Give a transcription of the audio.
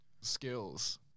skills